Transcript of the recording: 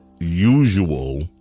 usual